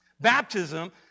Baptism